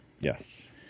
Yes